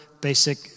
basic